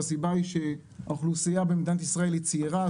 הסיבה היא שהאוכלוסייה במדינת ישראל היא צעירה,